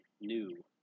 new